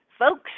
Folks